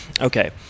okay